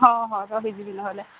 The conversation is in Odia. ହଁ ହଁ ତ ଭିଜିବି ନହେଲେ